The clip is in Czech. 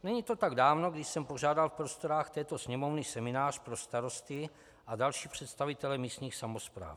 Není to tak dávno, kdy jsem pořádal v prostorách této Sněmovny seminář pro starosty a další představitele místních samospráv.